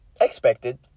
Expected